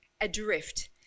Adrift